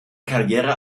karriere